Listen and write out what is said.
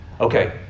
Okay